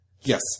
Yes